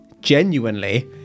genuinely